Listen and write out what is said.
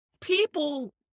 people